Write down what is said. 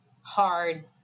hard